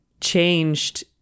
changed